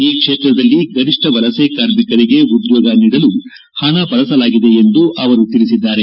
ಈ ಕ್ಷೇತ್ರದಲ್ಲಿ ಗರಿಷ್ಣ ವಲಸೆ ಕಾರ್ಮಿಕರಿಗೆ ಉದ್ಯೋಗ ನೀಡಲು ಹಣ ಬಳಸಲಾಗಿದೆ ಎಂದು ಅವರು ತಿಳಿಸಿದ್ದಾರೆ